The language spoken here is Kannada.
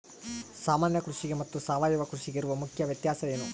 ಸಾಮಾನ್ಯ ಕೃಷಿಗೆ ಮತ್ತೆ ಸಾವಯವ ಕೃಷಿಗೆ ಇರುವ ಮುಖ್ಯ ವ್ಯತ್ಯಾಸ ಏನು?